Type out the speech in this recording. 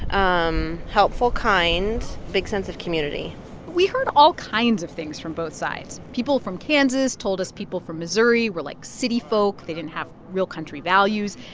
um helpful, kind, big sense of community we heard all kinds of things from both sides. people from kansas told us people from missouri were like city folk. they didn't have real country values.